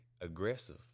aggressive